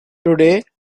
today